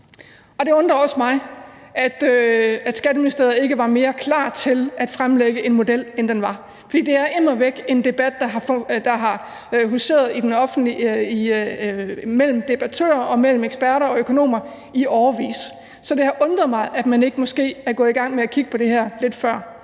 det undrer også mig, at Skatteministeriet ikke var mere klar til at fremlægge en model, end den var, for der er immer væk tale om en debat, der har huseret mellem debattører og mellem eksperter og økonomer i årevis; så det har undret mig, at man ikke er gået i gang med at kigge på det her lidt før.